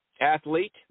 athlete